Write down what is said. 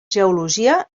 geologia